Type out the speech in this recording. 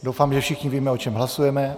Doufám, že všichni víme, o čem hlasujeme.